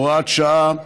הוראת שעה),